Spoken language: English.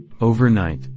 Overnight